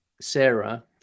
Sarah